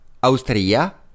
Austria